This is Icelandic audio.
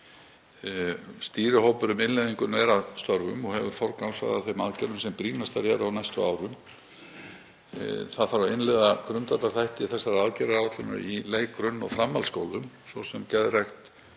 Stýrihópur um innleiðingu er að störfum og hefur forgangsraðað þeim aðgerðum sem brýnastar eru á næstu árum. Það þarf að innleiða grundvallarþætti þessarar aðgerðaáætlunar í leik-, grunn- og framhaldsskólum, svo sem geðrækt